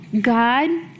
God